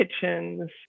kitchens